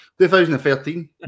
2013